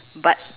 but